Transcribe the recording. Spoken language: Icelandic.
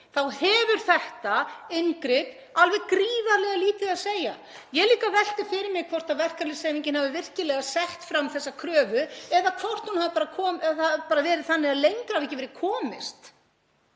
þá hefur þetta inngrip alveg gríðarlega lítið að segja. Ég velti því líka fyrir mér hvort verkalýðshreyfingin hafi virkilega sett fram þessa kröfu eða hvort það hafi bara verið þannig að lengra hafi ekki verið komist